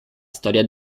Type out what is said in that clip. storia